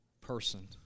person